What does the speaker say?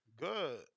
Good